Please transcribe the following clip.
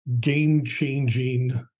game-changing